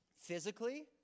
physically